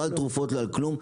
לא תרופות לא כלום,